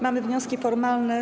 Mamy wnioski formalne.